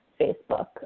Facebook